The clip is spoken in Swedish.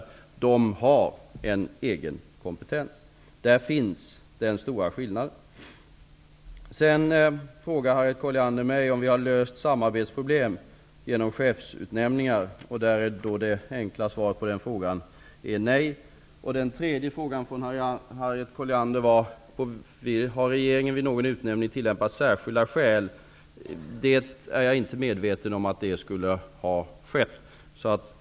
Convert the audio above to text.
De har en egen kompetens. Där finns den stora skillnaden. Sedan frågar Harriet Colliander mig om vi har löst samarbetsproblem genom chefsutnämningar. Det enkla svaret på den frågan är nej. Den tredje frågan från Harriet Colliander var om regeringen vid någon utnämning har tillämpat särskilda skäl. Jag är inte medveten om att så skulle ha skett.